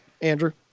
Andrew